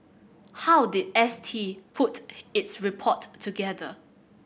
how did S T put its report together